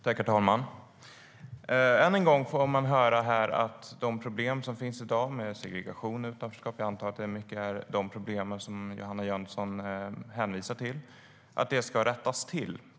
Herr talman! Än en gång får man höra att de problem som finns i dag med segregation och utanförskap - jag antar att det är många av de problemen som Johanna Jönsson hänvisar till - ska rättas till.